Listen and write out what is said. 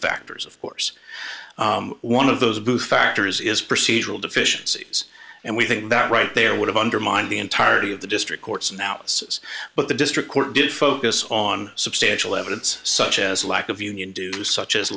factors of course one of those who factors is procedural deficiencies and we think that right there would have undermined the entirety of the district court's analysis but the district court did focus on substantial evidence such as a lack of union dues such as